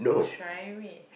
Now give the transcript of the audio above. try me